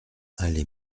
allée